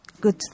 good